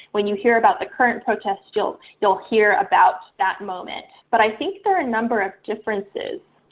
when you hear about the current protest you'll you'll hear about that moment. but i think there are a number of differences.